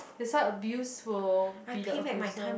that's why abuse will be the abuser